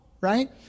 right